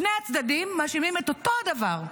שני הצדדים מאשימים באותו הדבר.